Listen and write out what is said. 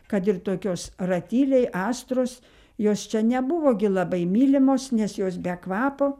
kad ir tokios ratiliai astros jos čia nebuvo gi labai mylimos nes jos be kvapo